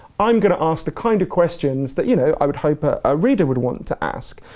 i'm gonna ask the kind of questions that you know i would hope a ah reader would want to ask.